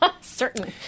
certain